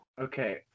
Okay